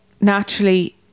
naturally